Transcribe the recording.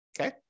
Okay